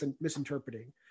misinterpreting